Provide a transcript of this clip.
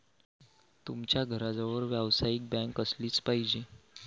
तुमच्या घराजवळ व्यावसायिक बँक असलीच पाहिजे